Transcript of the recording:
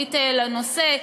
משמעותית לנושא.